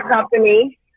company